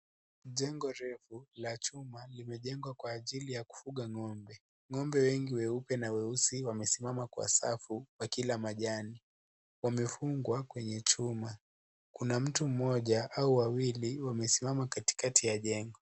Jengo refu la chuma limejengwa kwa ajili ya kufunga ng'ombe, ng'ombe wengi weupe na weusi wamesimama kwa safu wakila majani, wamefungwa kwenye chuma, kuna mtu mmoja au wawili wamesimama kati kati ya jengo.